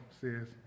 says